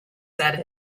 said